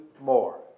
more